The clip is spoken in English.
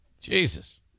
Jesus